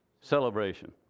Celebration